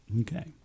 Okay